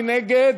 מי נגד?